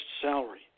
salary